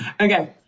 Okay